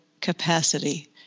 capacity